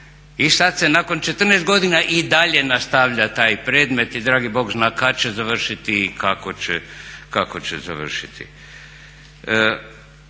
I sad se nakon 14 godina i dalje nastavlja taj predmet i dragi Bog zna kad će završiti i kako će završiti.